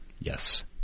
yes